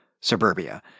suburbia